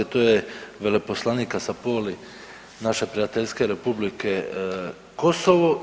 To je veleposlanik Sapoli naše prijateljske Republike Kosovo.